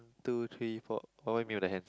two three four what what you mean on the hands